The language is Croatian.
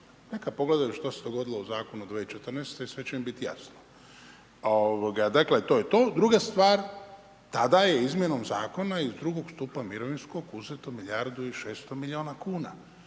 Neka pogledaju što se dogodilo u zakonu 2014. i sve će im bit jasno. Dakle to je to. Druga stvar, tada je izmjenom zakona iz II. stupa mirovinskog uzeto milijardu i 600 milijuna kuna.